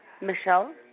Michelle